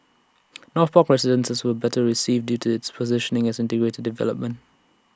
north park residences was better received due to its positioning as an integrated development